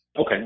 Okay